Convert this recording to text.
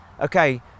okay